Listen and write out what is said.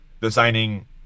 designing